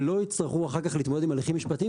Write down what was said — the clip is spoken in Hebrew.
שלא יצטרכו אחר כך להתמודד עם הליכים משפטיים